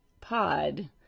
pod